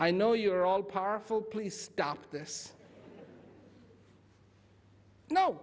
i know you're all powerful please stop this no